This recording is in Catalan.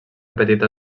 petita